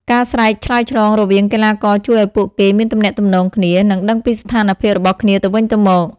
ការស្រែកឆ្លើយឆ្លងរវាងកីឡាករជួយឲ្យពួកគេមានទំនាក់ទំនងគ្នា និងដឹងពីស្ថានភាពរបស់គ្នាទៅវិញទៅមក។